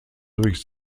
durch